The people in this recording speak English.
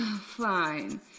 Fine